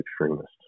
extremist